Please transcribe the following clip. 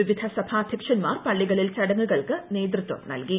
വിവിധ സഭാ അധ്യക്ഷന്മാർ പള്ളിക്ളിൽ ചടങ്ങുകൾക്ക് നേതൃത്വം നൽകി